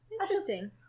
Interesting